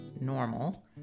normal